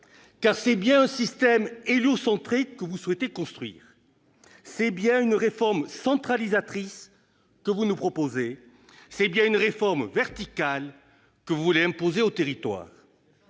Car c'est bien un système héliocentré que vous souhaitez construire ; c'est bien une réforme centralisatrice que vous nous proposez ; c'est bien une réforme verticale que vous voulez imposer aux territoires.